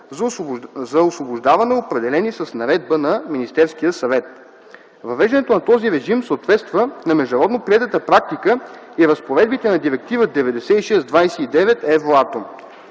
за освобождаване, определени с наредба на Министерския съвет. Въвеждането на този режим съответства на международно приетата практика и разпоредбите на Директива 96/29/ Евратом.